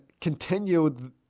continue